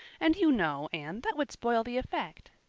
and you know, anne, that would spoil the effect.